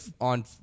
on